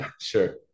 sure